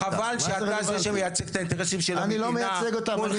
טוב, חבל שאתה מייצג את האינטרסים של המדינה מול